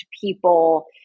people